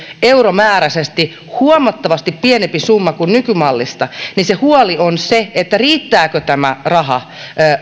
euromääräisesti huomattavasti pienempi summa kuin nykymallista niin se huoli on se riittääkö tämä raha